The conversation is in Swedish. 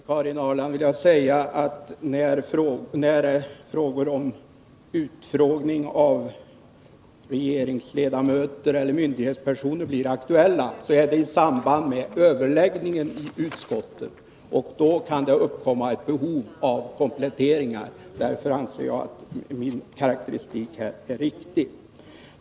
Herr talman! När utskottsutfrågningar av regeringsledamöter eller myndighetspersoner blir aktuella är det, Karin Ahrland, i samband med överläggningen i utskottet. Då kan det uppkomma ett behov av kompletteringar. Därför anser jag att min karakteristik är riktig.